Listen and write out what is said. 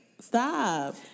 Stop